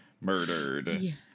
murdered